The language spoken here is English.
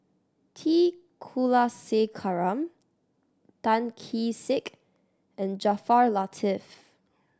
T Kulasekaram Tan Kee Sek and Jaafar Latiff